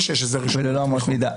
וללא אמות מידה.